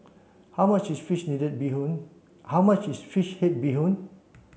how much is fish need bee hoon how much is fish head bee hoon